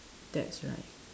that's right